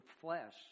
flesh